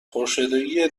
پرشدگی